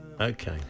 okay